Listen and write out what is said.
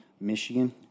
Michigan